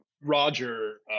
Roger